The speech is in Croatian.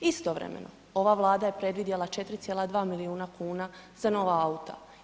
Istovremeno ova Vlada je predvidjela 4,2 milijuna kuna za nova auta.